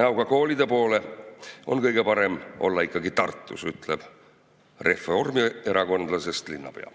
"Näoga koolide poole on kõige parem olla ikkagi Tartus," ütleb reformierakondlasest linnapea.